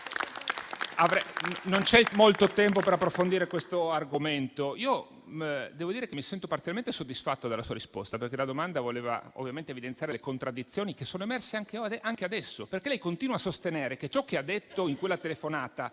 Non c'è molto tempo per approfondire questo argomento. Devo dire che mi sento parzialmente soddisfatto della sua risposta perché la domanda voleva ovviamente evidenziare le contraddizioni, che sono emerse anche adesso. Lei continua a sostenere che ciò che ha detto in quella telefonata